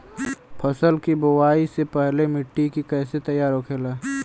फसल की बुवाई से पहले मिट्टी की कैसे तैयार होखेला?